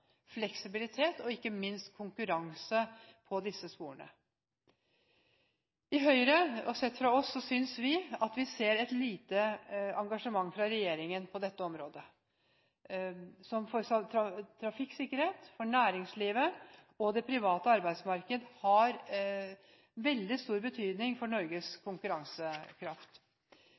fleksibilitet og ikke minst konkurranse på disse sporene. I Høyres synes vi at vi ser lite engasjement fra regjeringen på dette området som når det gjelder trafikksikkerhet, næringslivet og det private arbeidsmarked, har veldig stor betydning for Norges konkurransekraft.